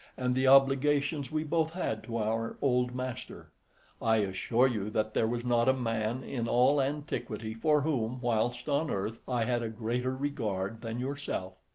and the obligations we both had to our old master i assure you that there was not a man in all antiquity for whom, whilst on earth, i had a greater regard than yourself.